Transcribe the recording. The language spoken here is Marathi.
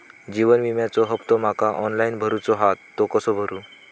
जीवन विम्याचो हफ्तो माका ऑनलाइन भरूचो हा तो कसो भरू?